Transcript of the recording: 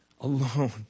Alone